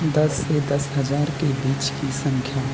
दस से दस हज़ार के बीच की संख्या